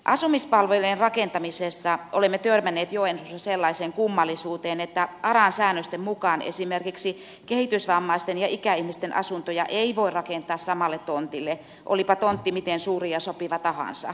asumispalvelujen rakentamisessa olemme törmänneet joensuussa sellaiseen kummallisuuteen että aran säännösten mukaan esimerkiksi kehitysvammaisten ja ikäihmisten asuntoja ei voi rakentaa samalle tontille olipa tontti miten suuri ja sopiva tahansa